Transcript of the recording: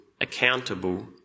accountable